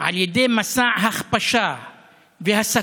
על ידי מסע הכפשה והסתה,